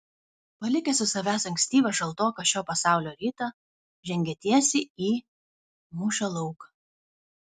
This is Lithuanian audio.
palikęs už savęs ankstyvą šaltoką šio pasaulio rytą žengė tiesiai į mūšio lauką